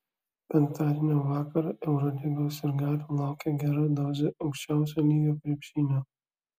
penktadienio vakarą eurolygos sirgalių laukia gera dozė aukščiausio lygio krepšinio